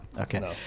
Okay